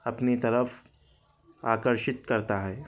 اپنی طرف آکرشت کرتا ہے